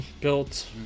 built